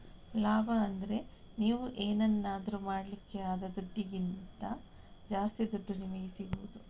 ಲಾಭ ಅಂದ್ರೆ ನೀವು ಏನನ್ನಾದ್ರೂ ಮಾಡ್ಲಿಕ್ಕೆ ಆದ ದುಡ್ಡಿಗಿಂತ ಜಾಸ್ತಿ ದುಡ್ಡು ನಿಮಿಗೆ ಸಿಗುದು